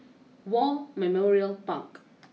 War Memorial Park